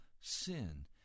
sin